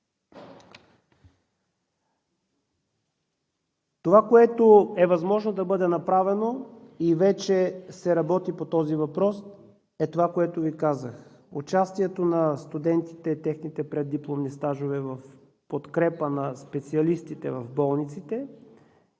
Това, което е възможно да бъде направено, и вече се работи по този въпрос, е това, което Ви казах: участието на студентите, техните преддипломни стажове в подкрепа на специалистите в болниците и